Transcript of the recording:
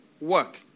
Work